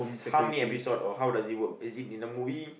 how many episode or how does it work is it in the movie